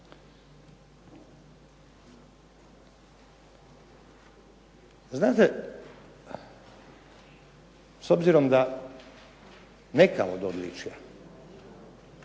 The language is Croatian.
Znate, s obzirom da neka od odličja